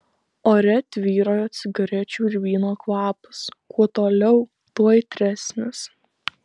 ore tvyrojo cigarečių ir vyno kvapas kuo toliau tuo aitresnis